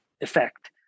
effect